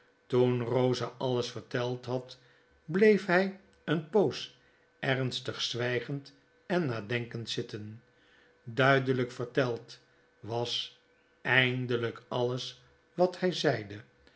toen rosa alles verteld had bleef hy een poos ernstig zwygend en nadenkend zitten duidelyk verteld was eindelijk alles wat hy zeide